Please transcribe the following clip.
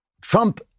Trump